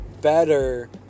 better